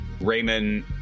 Raymond